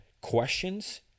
questions